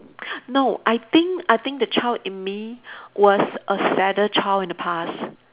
no I think I think the child in me was a sadder child in the past